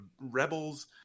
rebels